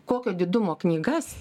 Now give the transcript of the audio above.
kokio didumo knygas